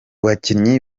bakinnyi